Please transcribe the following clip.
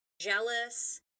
jealous